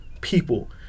people